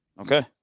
okay